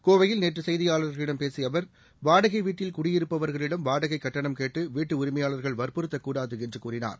கோவையில் நேற்று செய்தியாளர்களிடம் பேசிய அவர் வாடகை வீட்டில் குடியிருப்பவர்களிடம் வாடகை கட்டணம் கேட்டு வீட்டு உரிமையாளர்கள் வற்புறுத்தக் கூடாது என்று கூறினார்